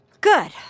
Good